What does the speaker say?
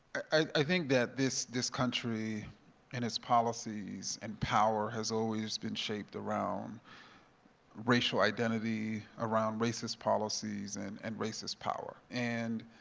i think that this this country and its policies and power has always been shaped around racial identity, around racist policies and and racist power. and